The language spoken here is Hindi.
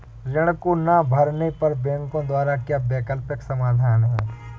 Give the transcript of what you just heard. ऋण को ना भरने पर बैंकों द्वारा क्या वैकल्पिक समाधान हैं?